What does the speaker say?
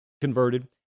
converted